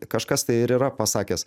kažkas tai ir yra pasakęs